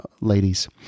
ladies